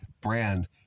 brand